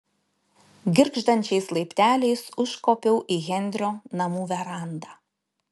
girgždančiais laipteliais užkopiau į henrio namų verandą